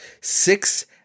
six